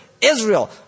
Israel